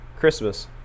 Christmas